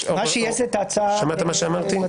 שמעת מה שאמרתי?